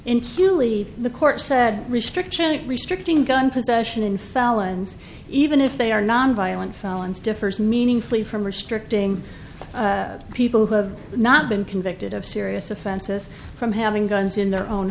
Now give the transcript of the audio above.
in huli the court said restrictions restricting gun possession in felons even if they are non violent felons differs meaningfully from restricting people who have not been convicted of serious offenses from having guns in their own